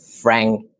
Frank